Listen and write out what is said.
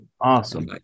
Awesome